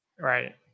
Right